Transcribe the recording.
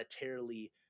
monetarily